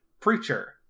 Preacher